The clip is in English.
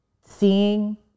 seeing